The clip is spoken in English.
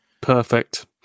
Perfect